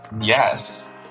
yes